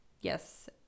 yes